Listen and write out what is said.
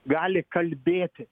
gali kalbėti